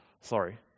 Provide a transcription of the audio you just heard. sorry